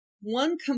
One